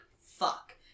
fuck